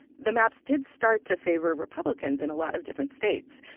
the maps did start to favor republicans in a lot of different states.